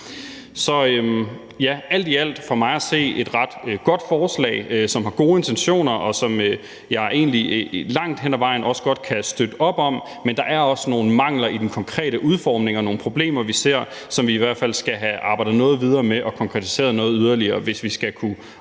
alt er det for mig at se et ret godt forslag, som har gode intentioner, og som jeg egentlig langt hen ad vejen også godt kan støtte op om. Men der er også nogle mangler i den konkrete udformning og nogle problemer, som vi ser det, og som man i hvert fald skal have arbejdet noget videre med og få konkretiseret noget yderligere, hvis vi skal kunne